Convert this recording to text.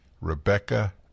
Rebecca